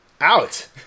Out